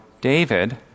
David